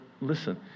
listen